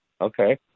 okay